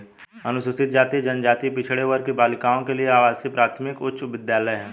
अनुसूचित जाति जनजाति पिछड़े वर्ग की बालिकाओं के लिए आवासीय प्राथमिक उच्च विद्यालय है